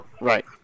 Right